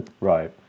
Right